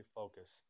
focus